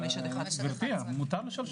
הייתי רוצה